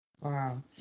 wow